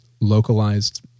localized